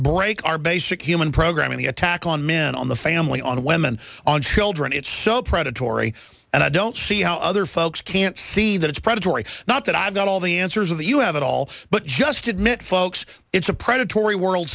break our basic human programming the attack on men on the family on women on children it's so predatory and i don't see how other folks can't see that it's predatory not that i've got all the answers of the you have it all but just admit folks it's a predatory world